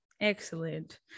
excellent